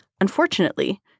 Unfortunately